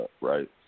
right